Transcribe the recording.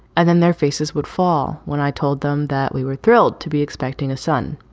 and then their faces would fall. when i told them that we were thrilled to be expecting a son.